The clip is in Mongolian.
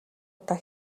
удаа